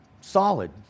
solid